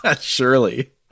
Surely